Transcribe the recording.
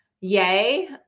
yay